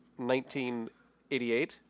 1988